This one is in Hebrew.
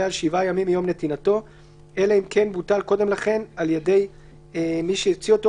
על 7 ימים מיום נתינתו, אלא אם כן בוטל קודם לכן על ידי מי שהוציא אותו,